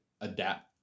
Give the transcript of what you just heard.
adapt